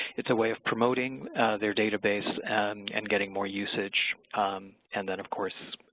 it's a way of promoting their database and getting more usage um and then of course